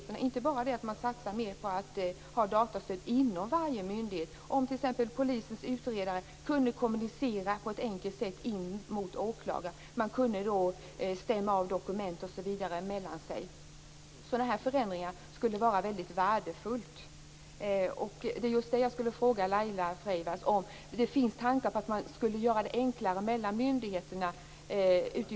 Det handlar inte bara om att man skall satsa mer på ha datastöd inom varje myndighet, utan också om att t.ex. polisens utredare borde kunna kommunicera på ett enkelt sätt med åklagarna. Då kunde man stämma av dokument osv. mellan sig. Sådana här förändringar skulle vara mycket värdefulla. Jag vill fråga Laila Freivalds om det finns tankar på att göra det enklare mellan myndigheterna.